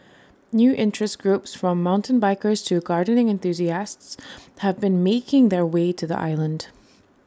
new interest groups from mountain bikers to gardening enthusiasts have been making their way to the island